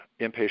inpatient